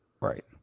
Right